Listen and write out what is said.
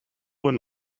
when